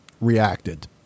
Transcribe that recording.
reacted